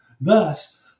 Thus